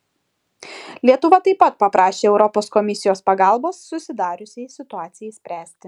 lietuva taip pat paprašė europos komisijos pagalbos susidariusiai situacijai spręsti